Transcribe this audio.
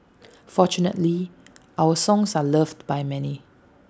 fortunately our songs are loved by many